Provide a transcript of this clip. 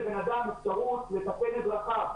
בואו ניתן לבן אדם אפשרות לתקן את דרכיו.